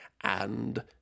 and